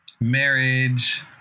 marriage